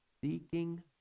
seeking